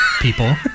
people